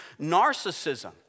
narcissism